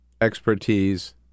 expertise